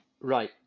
Right